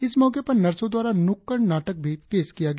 इस मौंके पर नर्सो द्वारा नुक्कड़ नाटक भी पेश किया गया